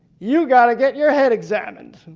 you got to get your head examined.